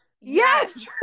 Yes